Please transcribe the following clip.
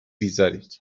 بیزارید